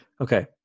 Okay